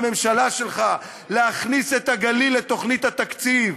מהממשלה שלך להכניס את הגליל לתוכנית התקציב,